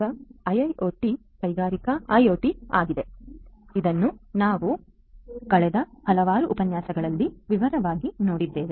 ಆದ್ದರಿಂದ ಐಐಒಟಿ ಕೈಗಾರಿಕಾ ಐಒಟಿ ಆಗಿದ್ದು ಇದನ್ನು ನಾವು ಕಳೆದ ಹಲವಾರು ಉಪನ್ಯಾಸಗಳಲ್ಲಿ ವಿವರವಾಗಿ ನೋಡಿದ್ದೇವೆ